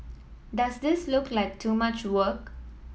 does this look like too much work